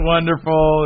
Wonderful